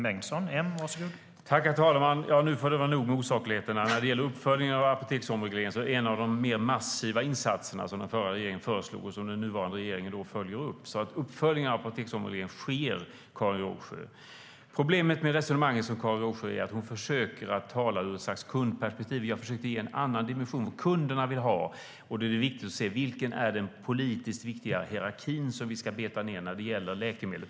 Herr talman! Nu får det vara nog med osakligheterna! Uppföljning av apoteksomregleringen var en av de mer massiva insatser som den förra regeringen föreslog och som den nuvarande regeringen följer upp, så uppföljning av apoteksomregleringen sker, Karin Rågsjö. Problemet med Karin Rågsjös resonemang är att hon försöker att tala ur ett slags kundperspektiv. Jag försökte ge en annan dimension, tala om vad kunderna vill ha. Då är det viktigt att se vad som är den politiskt viktiga hierarki som vi ska titta på när det gäller läkemedel.